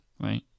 right